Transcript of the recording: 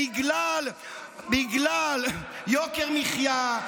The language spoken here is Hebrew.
בגלל יוקר מחיה,